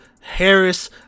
Harris